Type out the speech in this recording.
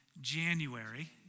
January